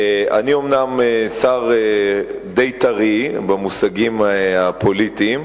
אומנם אני שר די טרי במושגים הפוליטיים,